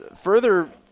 further